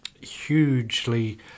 hugely